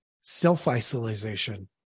self-isolation